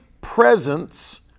presence